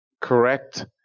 correct